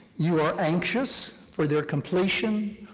you are anxious for their completion,